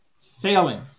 failing